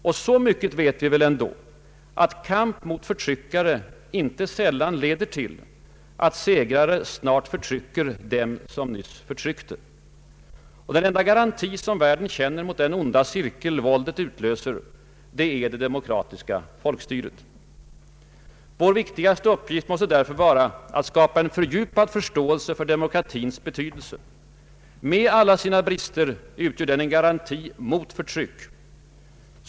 Och så mycket vet vi ändå, att kamp mot förtryckare inte sällan leder till att segrare snart förtrycker dem som nyss förtryckte. Och den enda garanti världen känner mot den onda cirkel våldet utlöser, det är det demokratiska folkstyret. Vår viktigaste uppgift måste därför vara att skapa en fördjupad förståelse för demokratins betydelse. Med alla sina brister utgör den en garanti mot förtryck.